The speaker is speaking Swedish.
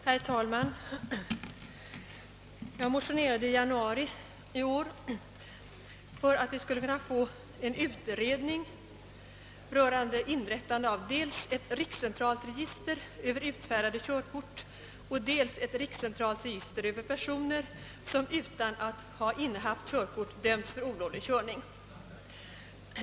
Herr talman! Jag motionerade i januari i år om att få en utredning rörande inrättande av dels ett rikscentralt register över utfärdade körkort, dels ett rikscentralt register över personer som utan att ha innehaft körkort dömts för olovlig körning.